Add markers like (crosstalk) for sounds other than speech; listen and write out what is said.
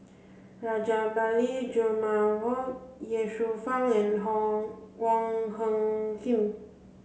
Rajabali Jumabhoy Ye Shufang and (unintelligible) Wong Hung Khim